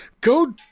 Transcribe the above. go